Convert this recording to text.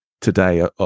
today